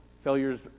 Failures